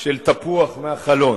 של תפוח מהחלון.